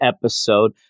episode